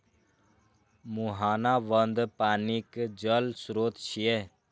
मुहाना बंद पानिक जल स्रोत छियै